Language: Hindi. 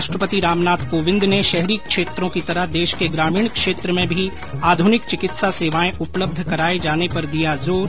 राष्ट्रपति रामनाथ कोविंद ने शहरी क्षेत्रों की तरह देश के ग्रामीण क्षेत्र में भी आधुनिक चिकित्सा सेवाएं उपलब्ध कराए जाने पर दिया जोर